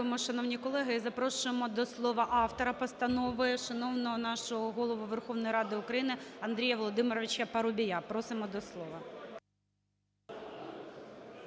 Дякуємо. Шановні колеги, запрошуємо до слова автора постанови шановного нашого Голову Верховної Ради України Андрія Володимировича Парубія, просимо до слова.